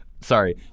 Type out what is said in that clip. Sorry